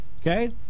Okay